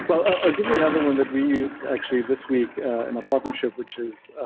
i'll give you another one that we used actually this week in a partnership which is,